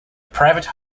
private